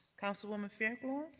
councilwoman fairclough.